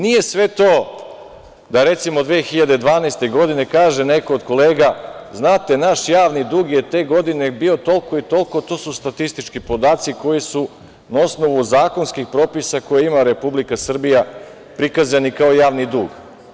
Nije sve to da, recimo, 2012. godine kaže neko od kolega - znate, naš javni dug je te godine bio toliko i toliko, to su statistički podaci koji su na osnovu zakonskih propisa koje ima Republika Srbija prikazani kao javni dug.